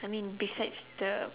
I mean besides the